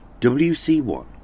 WC1